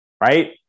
right